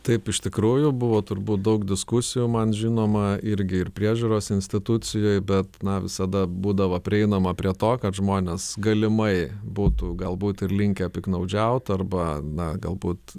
taip iš tikrųjų buvo turbūt daug diskusijų man žinoma irgi ir priežiūros institucijoj bet na visada būdavo prieinama prie to kad žmonės galimai būtų galbūt ir linkę piktnaudžiaut arba na galbūt